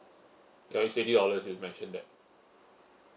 ya it's eighty dollars you mention that